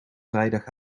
vrijdag